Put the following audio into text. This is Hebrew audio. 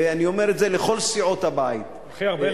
ואני אומר לכל סיעות הבית -- הכי הרבה,